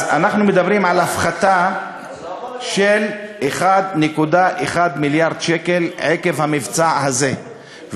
אז אנחנו מדברים על הפחתה של 1.1 מיליארד שקלים עקב המבצע הזה.